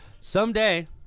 someday